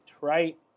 right